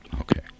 Okay